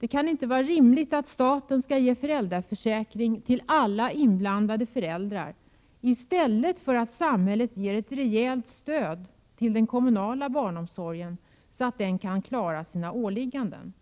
Det kan inte vara rimligt att staten skall ge föräldrapenning till alla inblandade föräldrar, i stället för att samhället ger ett rejält stöd till den kommunala barnomsorgen så att den kan klara av sina åligganden.